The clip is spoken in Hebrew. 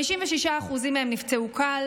56% מהם נפצעו קל,